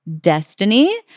destiny